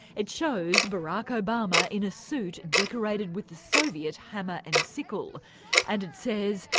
it shows barack obama in a suit decorated with the soviet hammer and sickle and it says,